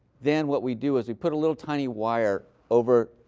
then, what we do is we put a little tiny wire over.